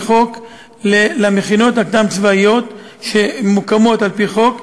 חוק למכינות הקדם-צבאיות שמוקמות על-פי חוק,